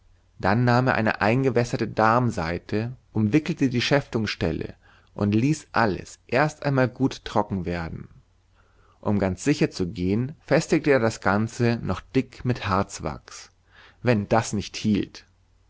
dann nahm er eine eingewässerte darmsaite umwickelte die schäftungsstelle und ließ alles erst einmal gut trocken werden um ganz sicher zu gehen festigte er das ganze noch dick mit harzwachs wenn das nicht hielt